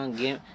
game